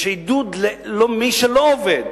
יש עידוד למי שלא עובד,